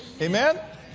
Amen